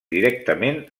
directament